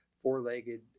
four-legged